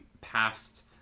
past